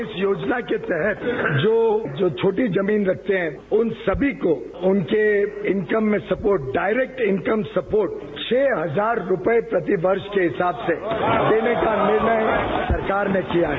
इस योजना के तहत जो छोटी जमीन रखते हैं उन सभी को उनके इनकम में स्पोट डायरेक्ट इनकम स्पोट छह हजार रुपये प्रति वर्ष के हिसाब से देने का निर्णय सरकार ने किया है